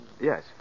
Yes